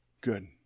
Good